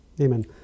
Amen